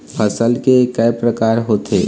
फसल के कय प्रकार होथे?